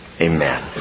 amen